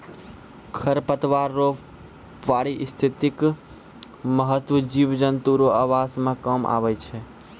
खरपतवार रो पारिस्थितिक महत्व जिव जन्तु रो आवास मे काम आबै छै